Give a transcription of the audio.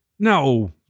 No